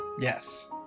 Yes